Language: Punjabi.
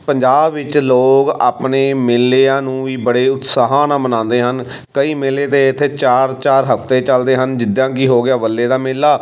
ਪੰਜਾਬ ਵਿੱਚ ਲੋਕ ਆਪਣੇ ਮੇਲਿਆਂ ਨੂੰ ਵੀ ਬੜੇ ਉਤਸ਼ਾਹ ਨਾਲ ਮਨਾਉਂਦੇ ਹਨ ਕਈ ਮੇਲੇ ਤਾਂ ਇੱਥੇ ਚਾਰ ਚਾਰ ਹਫ਼ਤੇ ਚਲਦੇ ਹਨ ਜਿੱਦਾਂ ਕਿ ਹੋ ਗਿਆ ਬੱਲੇ ਦਾ ਮੇਲਾ